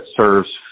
serves